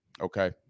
okay